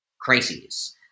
crises